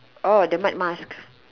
oh the mud mask